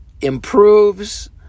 improves